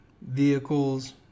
vehicles